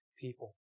people